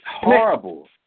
horrible